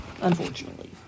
unfortunately